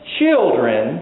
children